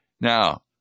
Now